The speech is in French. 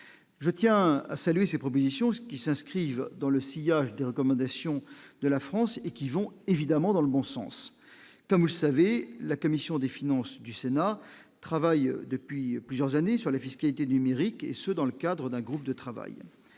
je tiens à saluer ses propositions, ce qui s'inscrivent dans le sillage de recommandations de la France et qui vont évidemment dans le bon sens, comme vous le savez, la commission des finances du Sénat, travaille depuis plusieurs années sur la fiscalité numérique et ce dans le cadre d'un groupe de travail,